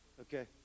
Okay